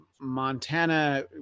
Montana